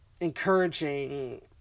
encouraging